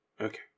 Okay